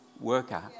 worker